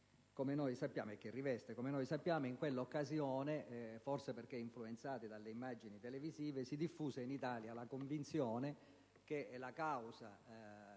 che rivestiva e che riveste. Come noi sappiamo, in quella occasione, forse perché influenzati dalle immagini televisive, si diffuse in Italia la convinzione che la causa